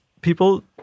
people